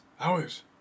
Hours